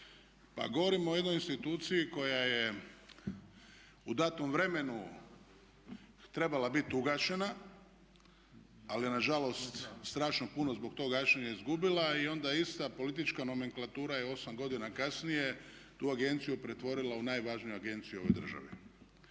Pa govorimo o jednoj instituciji koja je u datom vremenu trebala biti ugašena ali nažalost strašno puno zbog tog gašenja je izgubila i onda ista politička nomenklatura je osam godina kasnije tu agenciju pretvorila u najvažniju agenciju u ovoj državi.